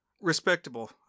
Respectable